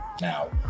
now